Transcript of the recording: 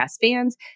fans